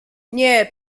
nie